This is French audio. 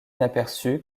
inaperçus